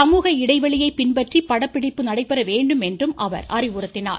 சமூக இடைவெளியை பின்பற்றி படப்பிடிப்பு நடைபெற வேண்டும் என்றும் அறிவுறுத்தினார்